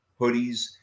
Hoodies